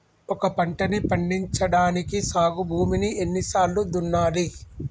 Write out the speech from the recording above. ఒక పంటని పండించడానికి సాగు భూమిని ఎన్ని సార్లు దున్నాలి?